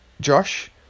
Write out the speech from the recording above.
Josh